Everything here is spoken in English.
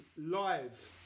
live